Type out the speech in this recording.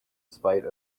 spite